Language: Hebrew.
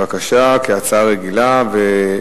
בבקשה, הצעה רגילה.